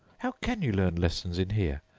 how can you learn lessons in here?